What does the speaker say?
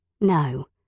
No